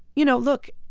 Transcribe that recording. you know, look,